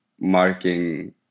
marking